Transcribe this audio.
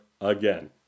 again